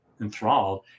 enthralled